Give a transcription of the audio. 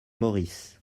morris